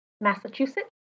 Massachusetts